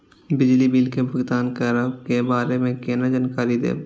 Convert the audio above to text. बिजली बिल के भुगतान करै के बारे में केना जानकारी देब?